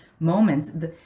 moments